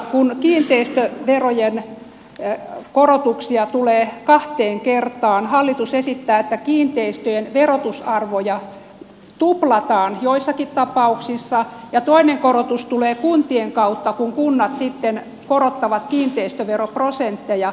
kun kiinteistöverojen korotuksia tulee kahteen kertaan hallitus esittää että kiinteistöjen verotusarvoja tuplataan joissakin tapauksissa ja toinen korotus tulee kuntien kautta kun kunnat sitten korottavat kiinteistöveroprosentteja